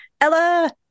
ella